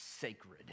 sacred